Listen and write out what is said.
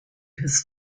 his